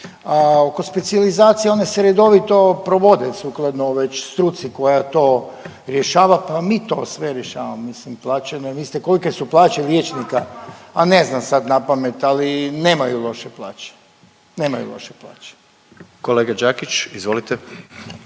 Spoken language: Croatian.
a oko specijalizacije one se redovito provode sukladno već struci koja to rješava, pa mi to sve rješavamo mislim. Plaće mislite kolike su plaće liječnika… …/Upadica se ne razumije./… … a ne znam sad napamet, ali nemaju loše plaće, nemaju loše plaće.